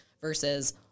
versus